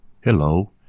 Hello